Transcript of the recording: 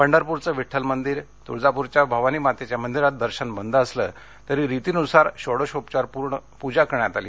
पंढरपूरचं विद्वल मंदीर तुळजापूरच्या भवानिमातेच्या मंदिरात दर्शन बंद असलं तरी रितीनुसार षोडषोपचार पूर्ण करण्यात ले